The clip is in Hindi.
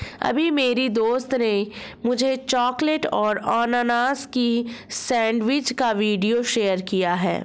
अभी मेरी दोस्त ने मुझे चॉकलेट और अनानास की सेंडविच का वीडियो शेयर किया है